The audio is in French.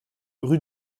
rue